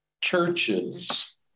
churches